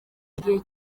igihe